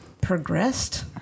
progressed